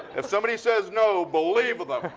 if somebody says no, believe them